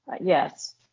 Yes